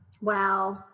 Wow